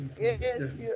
Yes